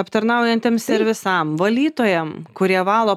aptarnaujantiem servisam valytojam kurie valo